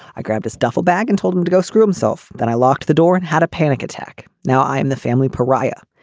i grabbed his duffel bag and told him to go screw himself. that i locked the door and had a panic attack. now i am the family pariah.